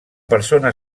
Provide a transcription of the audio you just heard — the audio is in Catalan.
persona